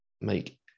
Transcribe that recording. make